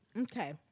Okay